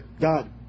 God